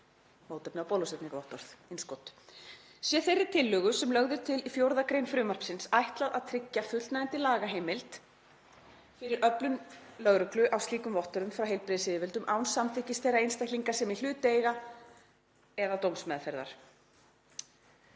mótefna- og bólusetningarvottorð — „Sé þeirri tillögu sem lögð er til í 4. gr. frumvarpsins ætlað að tryggja fullnægjandi lagaheimild fyrir öflun lögreglu á slíkum vottorðum frá heilbrigðisyfirvöldum án samþykkis þeirra einstaklinga sem í hlut eiga eða dómsmeðferðar.“